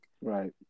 Right